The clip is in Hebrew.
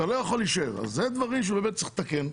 אלה דברים שצריך לתקן.